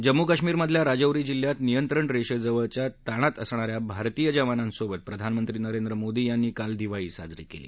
जम्मू कश्मीरमधल्या राजौरी जिल्ह्यात नियंत्रण रेषेजवळील ताणात असणाऱ्या भारतीय जवावनांसोबत प्रधानमंत्री नरेंद्र मोदी यांनी काल दिवाळी साजरी केली